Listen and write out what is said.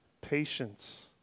patience